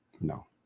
No